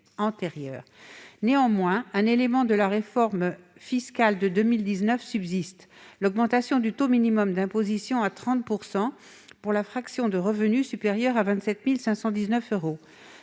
Néanmoins, un élément de la réforme fiscale de 2019 subsiste : l'augmentation du taux minimum d'imposition à 30 % pour la fraction des revenus supérieure à 27 519 euros.